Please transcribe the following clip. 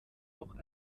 auch